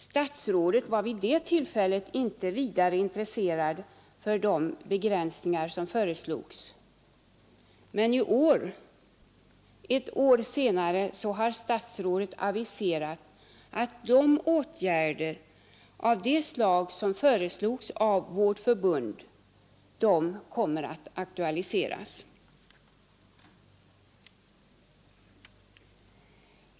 Statsrådet var vid det tillfället inte vidare intresserad för de begränsningar som föreslogs, men i år, ett år senare, har han aviserat att åtgärder av det slag som förordades av vårt förbund kommer att aktualiseras.